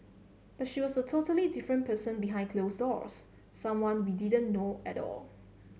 but she was a totally different person behind closed doors someone we didn't know at all